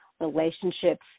relationships